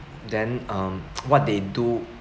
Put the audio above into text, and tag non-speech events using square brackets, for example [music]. then um [noise] what they do